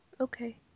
Okay